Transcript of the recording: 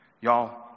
Y'all